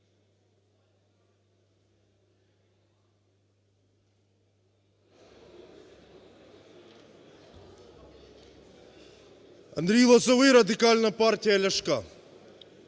Андрій Лозовий, Радикальна партія Ляшка.